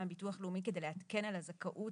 מהביטוח הלאומי על מנת לעדכן את הזכאות